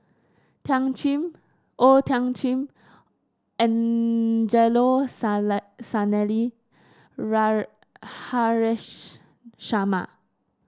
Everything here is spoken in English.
Thiam Chin O Thiam Chin Angelo Sanelli Haresh Sharma